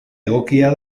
egokia